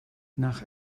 nach